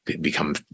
become